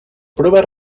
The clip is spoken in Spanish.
pruebas